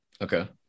Okay